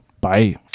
bye